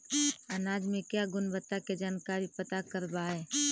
अनाज मे क्या गुणवत्ता के जानकारी पता करबाय?